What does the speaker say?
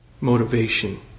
motivation